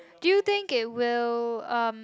do you think it will um